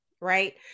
Right